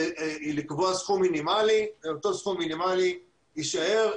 לקבוע סכום מינימלי ואותו סכום מינימלי יישאר.